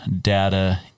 data